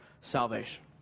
salvation